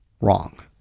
wrong